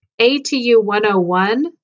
ATU-101